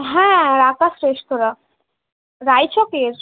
হ্যাঁ আকাশ রেস্তোরাঁ রায়চকের